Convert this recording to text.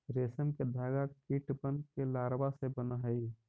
रेशम के धागा कीटबन के लारवा से बन हई